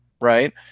right